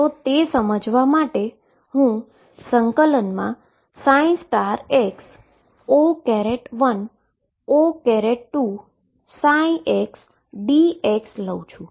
તો તે સમજવા માટે હું ∫xO1O2ψdx લઉ છું